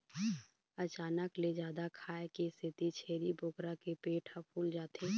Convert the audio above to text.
अचानक ले जादा खाए के सेती छेरी बोकरा के पेट ह फूल जाथे